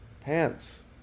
pants